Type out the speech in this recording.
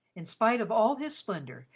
in spite of all his splendour,